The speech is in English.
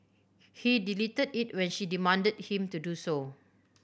he deleted it when she demanded him to do so